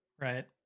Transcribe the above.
right